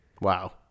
Wow